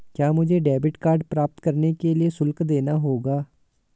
क्या मुझे debit card प्राप्त करने के लिए शुल्क देना होगा?